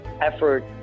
effort